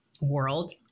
world